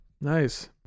Nice